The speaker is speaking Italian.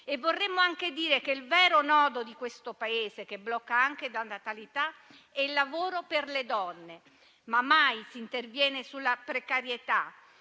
Vorremmo anche dire che il vero nodo di questo Paese, che blocca anche la natalità, è il lavoro per le donne. Ma mai si interviene sulla precarietà.